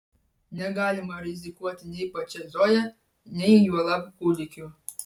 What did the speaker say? negalima rizikuoti nei pačia zoja nei juolab kūdikiu